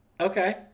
Okay